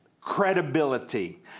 credibility